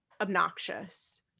obnoxious